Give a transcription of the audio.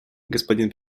господин